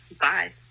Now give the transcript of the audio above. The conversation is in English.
bye